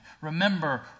Remember